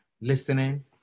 listening